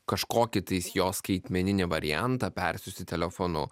kažkokį tais jos skaitmeninį variantą persiųsti telefonu